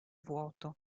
vuoto